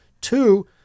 Two